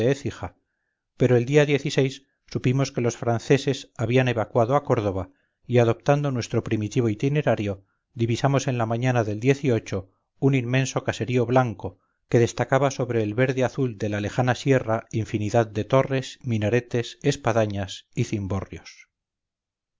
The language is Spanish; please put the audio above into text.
écija pero el día supimos que los franceses habían evacuado a córdoba y adoptando nuestro primitivo itinerario divisamos en la mañana del un inmenso caserío blanco que destacaba sobre el verde azul de la lejana sierra infinidad de torres minaretes espadañas y